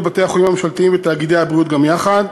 בתי-החולים הממשלתיים ותאגידי הבריאות גם יחד,